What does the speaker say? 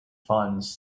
funds